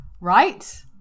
right